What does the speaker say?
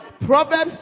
Proverbs